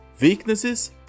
Weaknesses